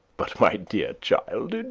but, my dear child,